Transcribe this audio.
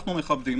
שאנחנו מכבדים,